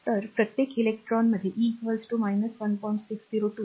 तर प्रत्येक इलेक्ट्रॉनकडे e 1